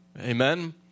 Amen